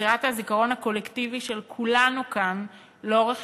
ביצירת הזיכרון הקולקטיבי של כולנו כאן לאורך